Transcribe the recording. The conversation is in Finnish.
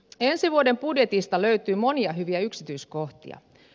ensi vuoden budjetista löytyy monia hyviä yksityiskohtia